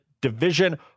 division